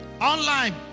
Online